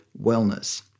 wellness